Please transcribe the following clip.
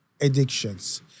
addictions